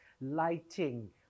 lighting